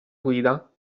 guida